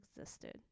existed